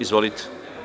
Izvolite.